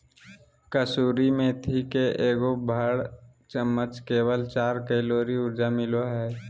कसूरी मेथी के एगो बड़ चम्मच में केवल चार कैलोरी ऊर्जा मिलो हइ